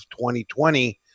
2020